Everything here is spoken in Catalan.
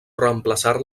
reemplaçar